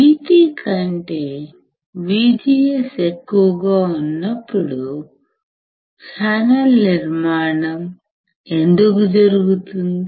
VT కంటే VGS ఎక్కువగా ఉన్నప్పుడు ఛానల్ నిర్మాణం ఎందుకు జరుగుతుంది